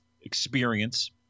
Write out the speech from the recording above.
experience